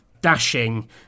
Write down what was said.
dashing